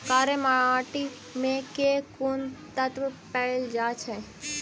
कार्य माटि मे केँ कुन तत्व पैल जाय छै?